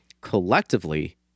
collectively